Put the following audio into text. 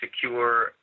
secure